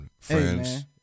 friends